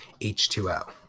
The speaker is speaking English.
H2O